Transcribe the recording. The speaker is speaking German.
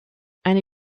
eine